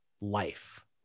life